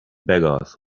beggars